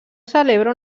celebra